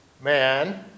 man